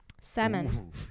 Salmon